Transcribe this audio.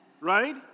Right